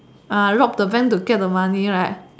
uh rob the bank to get the money right